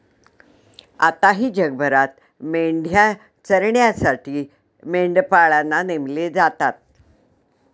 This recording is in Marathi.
आताही जगभरात मेंढ्या चरण्यासाठी मेंढपाळांना नेमले जातात